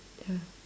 ya